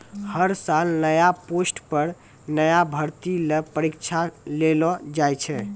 हर साल नया पोस्ट पर नया भर्ती ल परीक्षा लेलो जाय छै